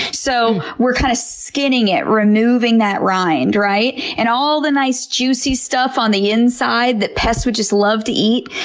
so, we're kind of skinning it, removing that rind. and all the nice juicy stuff on the inside that pests would just love to eat?